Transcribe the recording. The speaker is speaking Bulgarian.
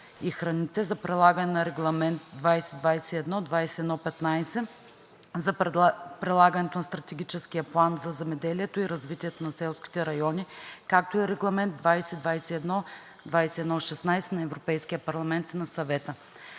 и храните за прилагане на Регламент 2021/2115 за прилагането на Стратегическия план за земеделието и развитието на селските райони, както и Регламент 2021/2116 на Европейския парламент и на Съвета.